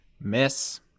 Miss